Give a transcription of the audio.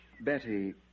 Betty